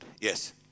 Yes